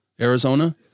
Arizona